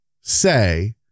say